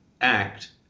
act